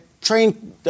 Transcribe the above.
train